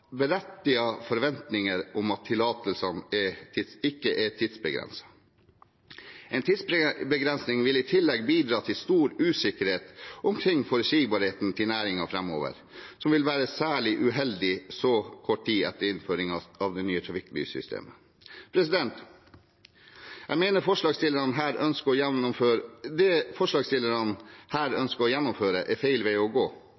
berettigede forventninger om at tillatelsene ikke er tidsbegrensede. En tidsbegrensning vil i tillegg bidra til stor usikkerhet omkring forutsigbarheten til næringen framover, noe som vil være særlig uheldig så kort tid etter innføringen av det nye trafikklyssystemet. Jeg mener det forslagsstillerne her ønsker å gjennomføre, er feil vei å gå,